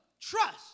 trust